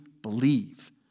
believe